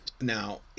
Now